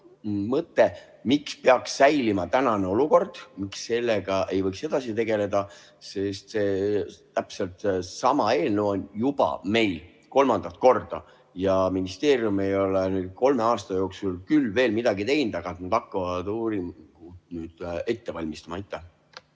mõte, miks peaks säilima tänane olukord? Miks sellega ei võiks edasi tegeleda? Täpselt sama eelnõu on meil juba kolmandat korda. Ministeerium ei ole kolme aasta jooksul küll veel midagi teinud, aga nüüd hakkavad uuringut ette valmistama.